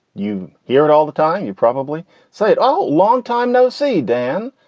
you hear it all the time. you probably say it. oh, long time no see. darn.